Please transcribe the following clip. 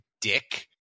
dick